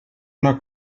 una